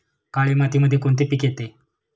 काळी मातीमध्ये कोणते पिके येते?